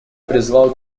призвал